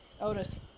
Otis